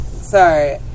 sorry